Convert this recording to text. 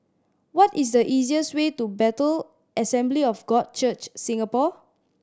what is the easiest way to Bethel Assembly of God Church Singapore